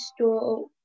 store